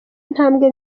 intambwe